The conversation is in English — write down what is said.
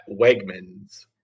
Wegmans